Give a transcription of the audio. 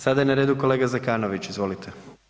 Sada je na redu kolega Zekanović, izvolite.